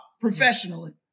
professionally